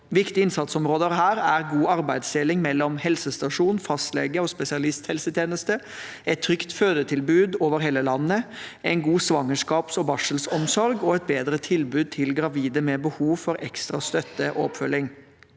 Viktige innsatsområder her er god arbeidsdeling mellom helsestasjon, fastlege og spesialisthelsetjeneste, et trygt fødetilbud over hele landet, en god svangerskaps- og barselomsorg og et bedre tilbud til gravide med behov for ekstra støtte og oppfølging.